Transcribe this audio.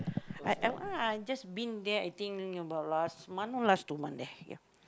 I I want I just been there I think about last month or last two month there ya